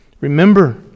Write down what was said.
Remember